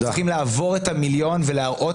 הם צריכים לעבור את המיליון ולהראות